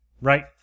right